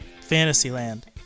Fantasyland